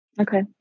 Okay